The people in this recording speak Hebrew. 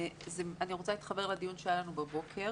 אני רוצה להתחבר לדיון שהיה לנו בבוקר